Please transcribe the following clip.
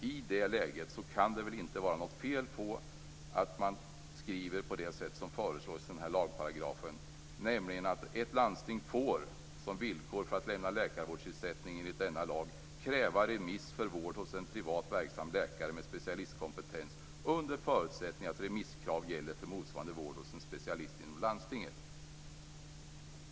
I det läget kan det väl inte vara något fel i att skriva på det sätt som föreslås i lagparagrafen, nämligen att ett landsting som villkor för att lämna läkarvårdsersättning enligt denna lag får kräva remiss för vård hos en privat verksam läkare med specialistkompetens under förutsättning att remisskrav gäller för motsvarande vård hos en specialist inom landstinget.